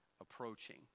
approaching